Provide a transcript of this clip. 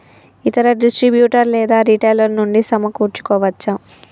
ఇతర డిస్ట్రిబ్యూటర్ లేదా రిటైలర్ నుండి సమకూర్చుకోవచ్చా?